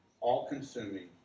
all-consuming